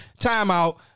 timeout